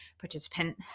Participant